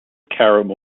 caramel